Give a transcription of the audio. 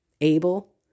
Abel